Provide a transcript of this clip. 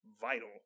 vital